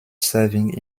serving